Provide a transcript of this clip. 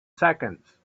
seconds